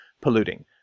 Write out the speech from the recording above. polluting